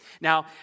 Now